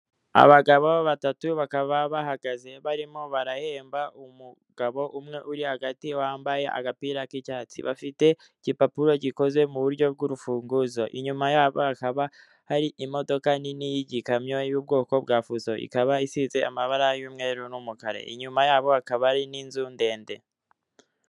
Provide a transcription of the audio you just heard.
Abagabo batatu bakaba bahagaze barimo barahemba umugabo umwe uri hagati wambaye agapira k'icyatsi, bafite igipapuro gikoze mu buryo bw'urufunguzo, inyuma yabo hakaba hari imodoka nini y'igikamyo y'ubwoko bwa fuso, ikaba isize amabara y'umweru n'umukara, inyuma yabo hakaba hari n'inzu ndende.